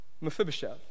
Mephibosheth